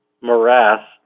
morass